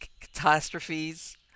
catastrophes